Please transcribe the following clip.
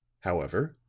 however,